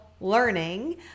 learning